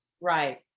Right